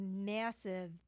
massive